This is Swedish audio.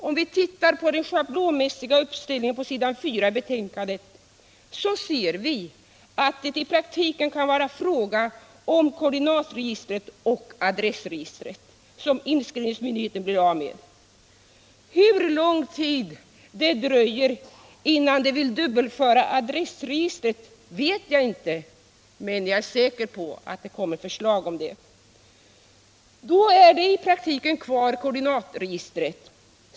Om vi tittar på den schablonmässiga uppställningen på s. 4 i betänkandet ser vi att det i praktiken kan vara fråga om koordinatregistret och adressregistret som inskrivningsmyndigheterna blir av med. Hur lång tid det dröjer innan de vill dubbelföra adressregistret vet jag inte, men förslaget kommer säkert. Då är det i praktiken kvar koordinatregistret.